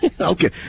Okay